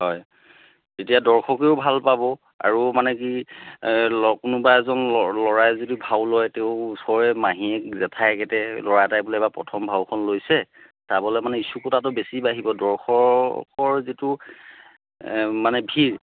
হয় এতিয়া দৰ্শকেও ভাল পাব আৰু মানে কি কোনোবা এজন ল'ৰাই যদি ভাও লয় তেওঁ ওচৰে মাহীয়েক জেঠায়েকহঁতে ল'ৰা এটাই বোলে প্ৰথম ভাওখন লৈছে চাবলৈ মানে ইচ্ছুকতাটো বেছি বাঢ়িব দৰ্শকৰ যিটো মানে ভিৰ